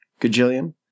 Gajillion